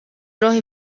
راه